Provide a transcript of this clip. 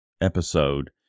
episode